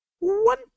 one